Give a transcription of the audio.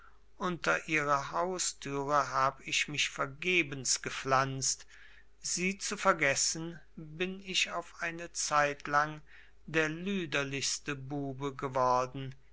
unter ihre haustüre habe ich mich vergebens gepflanzt sie zu vergessen bin ich auf eine zeitlang der lüderlichste bube geworden